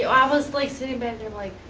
you know i was like sitting back there, i'm like,